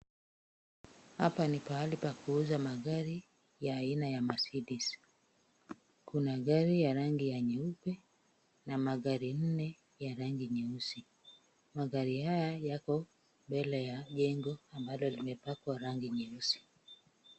Hapa ni pahali pakuuza magari ya aina ya Mercedes , kuna gari ya rangi ya nyeupe na magari nne ya rangi nyeusi, magari haya yako mbele ya jengo ambalo limepakwa rangi nyeusi.